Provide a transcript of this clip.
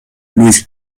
luis